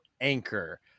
Anchor